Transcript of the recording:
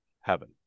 heaven